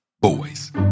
boys